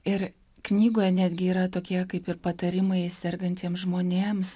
ir knygoje netgi yra tokie kaip ir patarimai sergantiem žmonėms